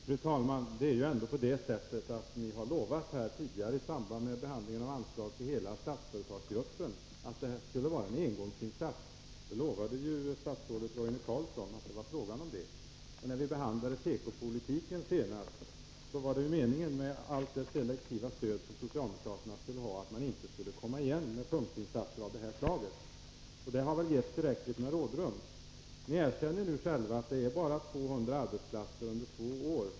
Fru talman! Ni har ändå tidigare, i samband med behandlingen av anslaget till hela Statsföretagsgruppen, lovat att det här skulle vara en engångsinsats. Det lovade statsrådet Roine Carlsson. När vi senast behandlade tekopolitiken angavs att avsikten bakom allt det selektiva stöd som socialdemokraterna föreslog var att man inte skulle komma igen med punktinsatser av detta slag. Det har också givits tillräckligt med rådrum. Ni erkänner nu själva att det bara gäller 200 arbetsplatser under två år.